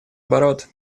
оборот